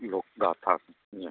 लोकगाथा